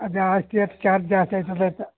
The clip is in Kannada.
ಜಾಸ್ತಿ ಅಷ್ಟು ಚಾರ್ಜ್ ಜಾಸ್ತಿ ಆಗ್ತದ್ ಅಂತ